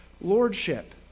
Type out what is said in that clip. lordship